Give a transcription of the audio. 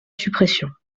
suppression